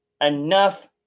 enough